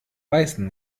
beißen